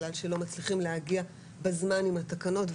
בגלל שלא מצליחים להגיע בזמן עם התקנות,